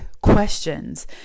questions